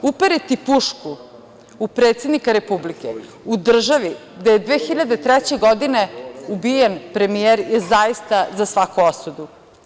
Uperiti pušku u predsednika Republike u državi gde je 2003. godine ubijen premijer je zaista za svaku osudu.